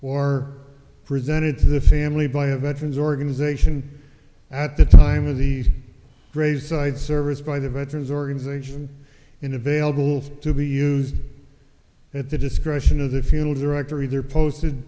or presented to the family by a veterans organization at the time of the graveside service by the veterans organization in available to be used at the discretion of the funeral director either posted